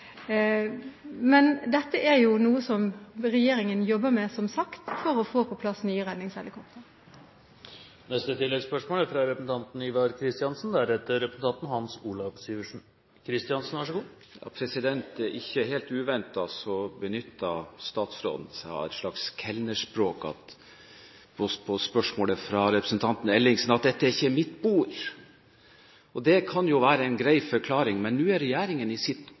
Men dette er noe som regjeringen jobber med, som sagt, for å få på plass nye redningshelikoptre. Ivar Kristiansen – til oppfølgingsspørsmål. Ikke helt uventet benyttet statsråden seg av et slags kelnerspråk på spørsmålet fra representanten Ellingsen, at dette ikke er hennes bord. Og det kan jo være en grei forklaring. Men nå er regjeringen i sitt